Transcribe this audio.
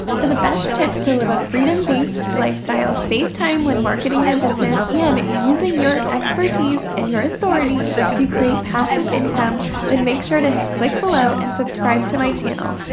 for the best tips to live a freedom-based lifestyle, save time when marketing your business, and using your expertise and your authority to create passive income then make sure to click below and subscribe to my channel.